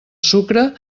sucre